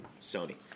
sony